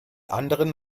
anderen